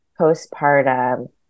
postpartum